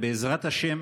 בעזרת השם